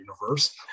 universe